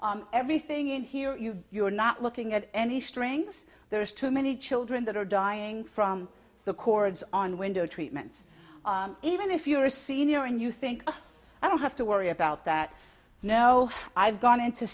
cordless everything in here you're not looking at any strings there is too many children that are dying from the cords on window treatments even if you're a senior and you think i don't have to worry about that you know i've gone into